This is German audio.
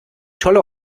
tolle